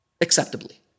Acceptably